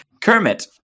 Kermit